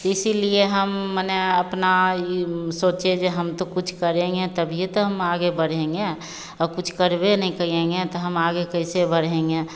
इसीलिए हम माने अपना यह सोचे जो हम तो कुछ करेंगे तभिए तो हम आगे बढ़ेंगे और कुछ करबे नहीं करेंगे तो आगे कैसे बढ़ेंगे